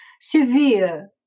severe